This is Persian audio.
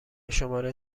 شماره